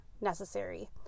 necessary